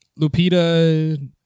Lupita